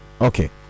Okay